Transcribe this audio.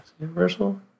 Universal